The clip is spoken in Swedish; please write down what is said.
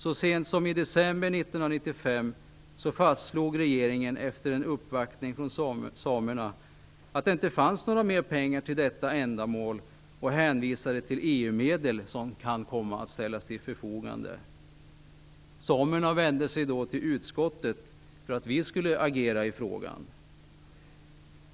Så sent som i december 1995 fastslog regeringen efter en uppvaktning från samerna att det inte fanns några mer pengar till detta ändamål och hänvisade till EU-medel som kan komma att ställas till förfogande. Samerna vände sig då till utskottet för att vi skulle agera i frågan.